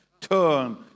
turn